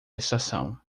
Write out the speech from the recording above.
estação